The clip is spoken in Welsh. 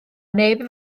neb